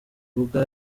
bibuga